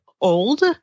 old